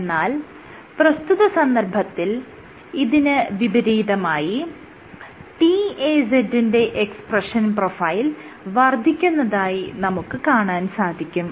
എന്നാൽ പ്രസ്തുത സന്ദർഭത്തിൽ ഇതിന് വിപരീതമായി TAZ ന്റെ എക്സ്പ്രെഷൻ പ്രൊഫൈൽ വർദ്ധിക്കുന്നതായി നമുക്ക് കാണാൻ സാധിക്കും